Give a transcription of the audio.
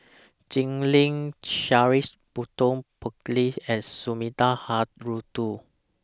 Jim Lim Charles Burton Buckley and Sumida